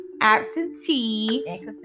absentee